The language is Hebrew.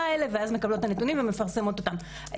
האלה ואז מקבלות את הנתונים ומפרסמות אותם.